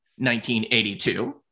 1982